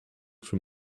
from